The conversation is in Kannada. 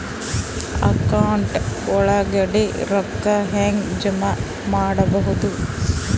ಅಕೌಂಟ್ ಒಳಗಡೆ ರೊಕ್ಕ ಹೆಂಗ್ ಜಮಾ ಮಾಡುದು?